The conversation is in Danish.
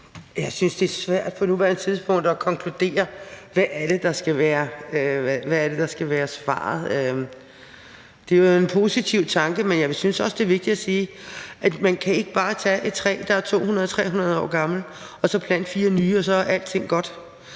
på nuværende tidspunkt at konkludere, hvad det er, der skal være svaret. Det er jo en positiv tanke, men jeg synes også, det er vigtigt at sige, at man ikke bare kan tage et træ, der er 200-300 år gammelt, og så plante fire nye, og så er alting godt.